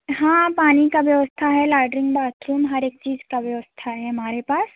हाँ पानी की व्यवस्था है लैट्रिन बाथरूम हर एक चीज़ की व्यवस्था है हमारे पास